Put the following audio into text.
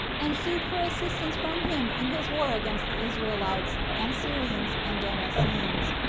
and sued for assistance from him in his war against the israelites, and syrians, and damascenes,